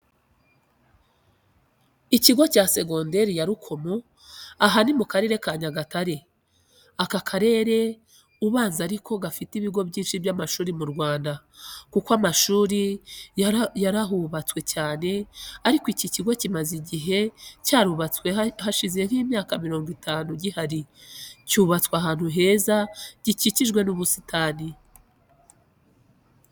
Ikigo cya segonderi yarukomo aha nimukarere kanyagatare. aka karere ubanza ariko gafite ibigo byinshi byamashuri murwanda kuko amashuri yarahubatswe cyane ariko iki cyo kimaze igihe cyarubatswe hasjlhize nkimyaka mirongo itanu gihari. cyubatse ahantu heza gikikijwe n,ubusitani.